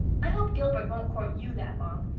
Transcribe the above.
i hope gilbert won't court you that long.